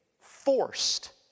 forced